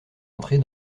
entrée